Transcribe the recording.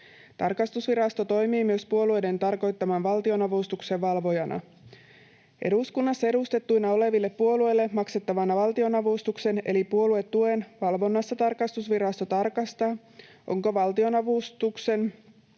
Tarkastusvirasto toimii myös puoluelain tarkoittaman valtionavustuksen valvojana. Eduskunnassa edustettuina oleville puolueille maksettavan valtionavustuksen eli puoluetuen valvonnassa tarkastusvirasto tarkastaa, onko valtionavustuksen